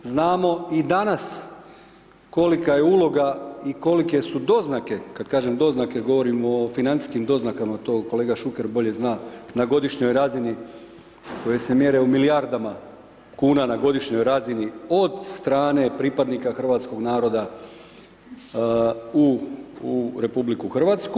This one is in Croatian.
Znamo i danas kolika je uloga i kolike su doznake, kada kažem doznake govorimo o financijskim doznakama, to kolega Šuker bolje zna na godišnjoj razini koje se mjere u milijardama kuna na godišnjoj razini od strane pripadnika hrvatskog naroda u RH.